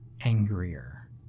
angrier